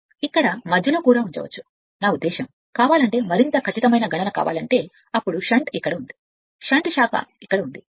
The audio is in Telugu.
ఇక్కడ మధ్యలో ఉంచవచ్చు నా ఉద్దేశ్యం కావాలంటే మరింత ఖచ్చితమైన గణన కావాలంటే అప్పుడు ఉంచవచ్చు షంట్ ఇక్కడ ఉంది షంట్శాఖ ఇక్కడ ఉంది